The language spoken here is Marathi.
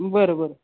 बरं बरं